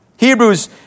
Hebrews